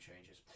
changes